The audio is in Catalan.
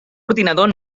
ordinador